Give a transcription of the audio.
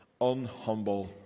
unhumble